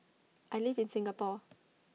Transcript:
I live in Singapore